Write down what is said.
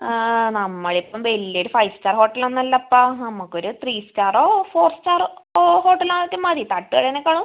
ആ നമ്മളിപ്പോൾ വലിയ ഒരു ഫൈവ് സ്റ്റാർ ഹോട്ടൽ ഒന്നും അല്ലപ്പാ നമ്മൾക്ക് ഒരു ത്രീ സ്റ്റാറോ ഫോർ സ്റ്റാറോ ഓ ഹോട്ടലാറ്റം മതി തട്ടു കടയേക്കാളും